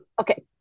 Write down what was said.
Okay